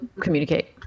communicate